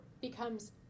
becomes